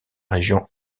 région